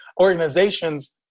organizations